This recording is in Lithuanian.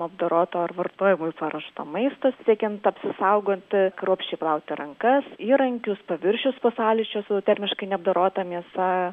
apdoroto ar vartojimui paruošto maisto siekiant apsisaugoti kruopščiai plauti rankas įrankius paviršius po sąlyčio su termiškai neapdorota mėsa